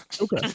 okay